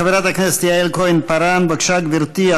חברת הכנסת יעל כהן-פארן, בבקשה, גברתי.